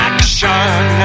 Action